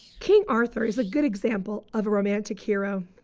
king arthur is a good example of a romantic hero.